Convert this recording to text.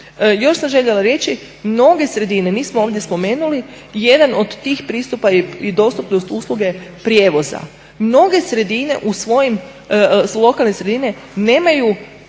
Još sam željela reći. Mnoge sredine, mi smo ovdje spomenuli, jedan od tih pristupa je i dostupnost usluge prijevoza. Mnoge sredine u svojim, lokalne sredine nemaju